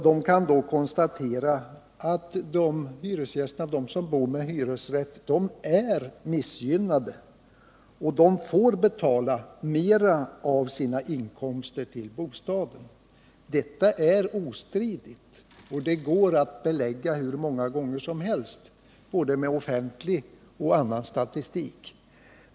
De kan då konstatera att de som bor med hyresrätt är missgynnade. De får betala mera av sina inkomster för bostaden. Detta är ostridigt. Det går att belägga hur mycket som helst med hjälp av både offentlig och annan statistik.